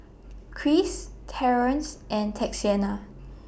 Cris Terrance and Texanna